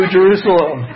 Jerusalem